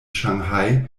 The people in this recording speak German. shanghai